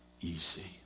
easy